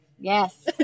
Yes